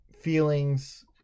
feelings